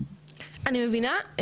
אני מבינה.